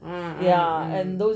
mm mm